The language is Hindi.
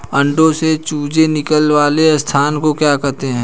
अंडों से चूजे निकलने वाले स्थान को क्या कहते हैं?